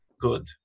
good